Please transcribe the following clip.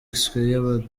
square